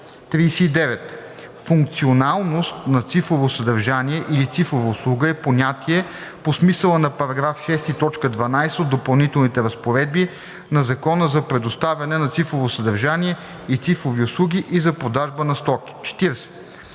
39. „Функционалност на цифрово съдържание или цифрова услуга“ е понятие по смисъла на § 6, т. 12 от допълнителните разпоредби на Закона за предоставяне на цифрово съдържание и цифрови услуги и за продажба на стоки.